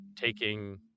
taking